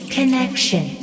Connection